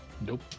Nope